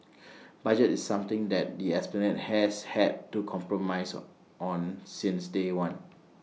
budget is something that the esplanade has had to compromise on since day one